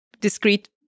discrete